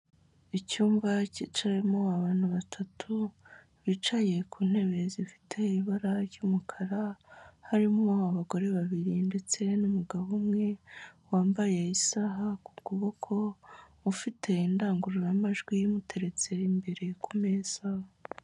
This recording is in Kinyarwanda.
Icyumba cyicayemo abantu batatu, bicaye ku ntebe zifite ibara ry'umukara, harimo abagore babiri ndetse n'umugabo umwe wambaye isaha ku kuboko ufite indangururamajwi imuteretse imbere ku meza.